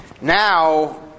Now